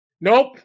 Nope